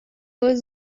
was